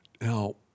now